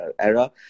era